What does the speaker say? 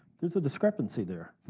there's a discrepancy there.